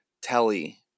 telly